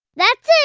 that's it.